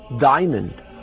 diamond